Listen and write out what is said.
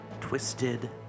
Twisted